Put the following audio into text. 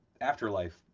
Afterlife